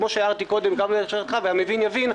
כמו שהערתי קודם והמבין יבין,